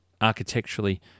architecturally